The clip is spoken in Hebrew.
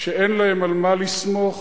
שאין להן על מה לסמוך,